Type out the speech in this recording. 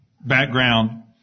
background